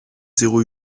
zéro